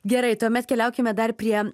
gerai tuomet keliaukime dar prie